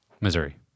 Missouri